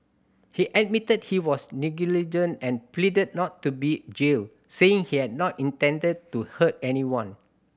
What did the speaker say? he admitted he was negligent and pleaded not to be jailed saying he had not intended to hurt anyone